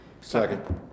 Second